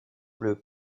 bleu